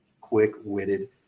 quick-witted